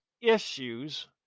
issues